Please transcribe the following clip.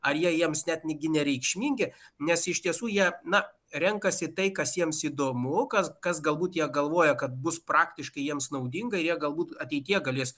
ar jiems net netgi nereikšmingi nes iš tiesų jie na renkasi tai kas jiems įdomu kas kas galbūt jie galvoja kad bus praktiškai jiems naudinga ir jie galbūt ateityje galės